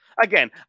again